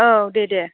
औ दे दे